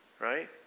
right